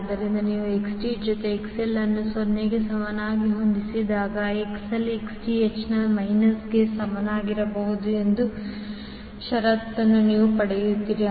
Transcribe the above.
ಆದ್ದರಿಂದ ನೀವು Xth ಜೊತೆಗೆ XL ಅನ್ನು 0 ಗೆ ಸಮನಾಗಿ ಹೊಂದಿಸಿದಾಗ XL Xth ನ ಮೈನಸ್ಗೆ ಸಮನಾಗಿರಬೇಕು ಎಂಬ ಷರತ್ತನ್ನು ನೀವು ಪಡೆಯುತ್ತೀರಿ